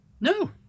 No